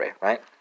right